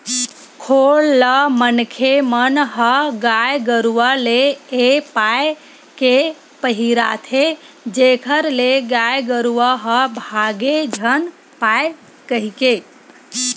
खोल ल मनखे मन ह गाय गरुवा ले ए पाय के पहिराथे जेखर ले गाय गरुवा ह भांगे झन पाय कहिके